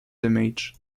damage